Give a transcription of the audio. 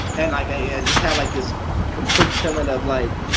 and like, i yeah just had like this complete feeling of like,